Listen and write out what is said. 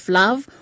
love